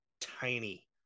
tiny